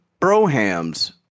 Brohams